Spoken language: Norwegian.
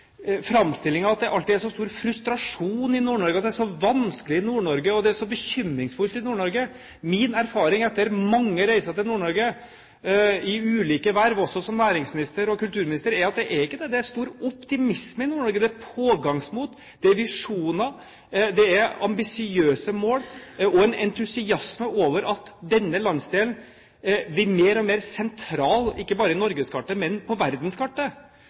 at det alltid er så stor frustrasjon i Nord-Norge, at det er så vanskelig i Nord-Norge og at det er så bekymringsfullt i Nord-Norge. Min erfaring etter mange reiser til Nord-Norge i ulike verv, også som næringsminister og kulturminister, er at det er ikke det. Det er stor optimisme i Nord-Norge. Det er pågangsmot. Det er visjoner. Det er ambisiøse mål og en entusiasme over at denne landsdelen blir mer og mer sentral, ikke bare på norgeskartet, men på verdenskartet.